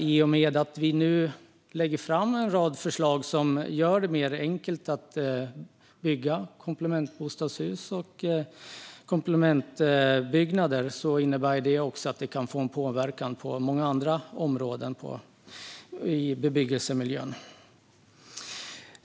I och med att vi nu lägger fram en rad förslag som gör det enklare att bygga komplementbostadshus och komplementbyggnader kan det få en påverkan på många andra områden i bebyggelsemiljön.